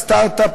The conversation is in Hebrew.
הסטרט-אפ,